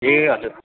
ए हजुर